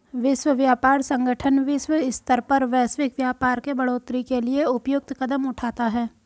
विश्व व्यापार संगठन विश्व स्तर पर वैश्विक व्यापार के बढ़ोतरी के लिए उपयुक्त कदम उठाता है